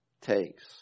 takes